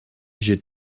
j’ai